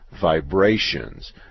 vibrations